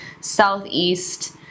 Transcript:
southeast